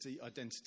identity